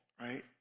right